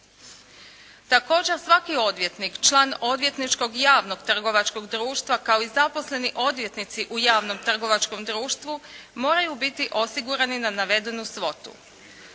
Također svaki odvjetnik, član odvjetničkog javnog trgovačkog društva kao i zaposleni odvjetnici u javnom trgovačkom društvu moraju biti osigurani na navedenu svotu.